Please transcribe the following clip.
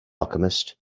alchemist